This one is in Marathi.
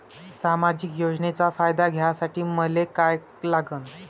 सामाजिक योजनेचा फायदा घ्यासाठी मले काय लागन?